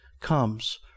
comes